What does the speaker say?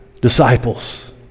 disciples